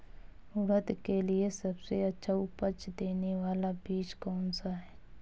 उड़द के लिए सबसे अच्छा उपज देने वाला बीज कौनसा है?